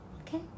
Okay